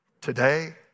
today